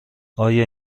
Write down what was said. آیا